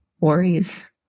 worries